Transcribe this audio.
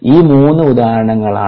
ഈ മൂന്ന് ഉദാഹരണങ്ങളാണ്